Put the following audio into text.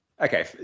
okay